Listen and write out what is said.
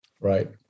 Right